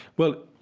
well,